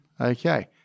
Okay